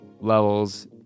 levels